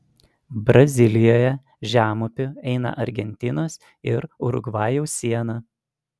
brazilijoje žemupiu eina argentinos ir urugvajaus siena